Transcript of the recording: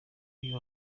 uyu